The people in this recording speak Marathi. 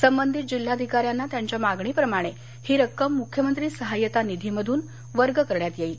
संबंधीत जिल्हाधिकाऱ्यांना त्यांच्या मागणीप्रमाणे ही रक्कम मुख्यमंत्री सहाय्यता निधीतून वर्ग करण्यात येईल